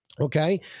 okay